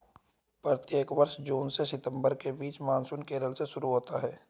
प्रत्येक वर्ष जून से सितंबर के बीच मानसून केरल से शुरू होता है